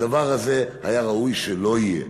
בדבר הזה היה ראוי שלא יהיה.